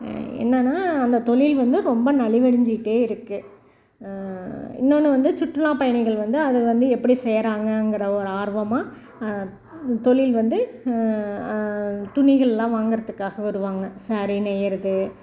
என்னெனா அந்த தொழில் வந்து ரொம்ப நலிவடைஞ்சிக்கிட்டே இருக்குது இன்னொன்று வந்து சுற்றுலா பயணிகள் வந்து அதை வந்து எப்படி செய்கிறாங்கங்கற ஒரு ஆர்வமாக தொழில் வந்து துணிகளெலாம் வாங்கிறத்துக்காக வருவாங்க சேரீ நெய்கிறது